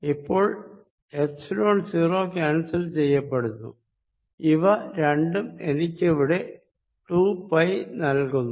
ഇപ്പോൾ epsilon 0 cancel ചെയ്യപ്പെടുന്നു ഇവ രണ്ടും എനിക്കിവിടെ 2 പൈ നൽകുന്നു